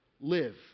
live